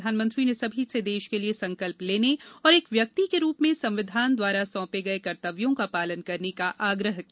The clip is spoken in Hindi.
प्रधानमंत्री ने सभी से देश के लिए संकल्प लेने और एक व्यक्ति के रूप में संविधान द्वारा सौंपे गए कर्तव्यों का पालन करने का आग्रह किया